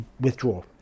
withdraw